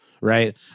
right